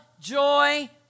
joy